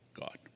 God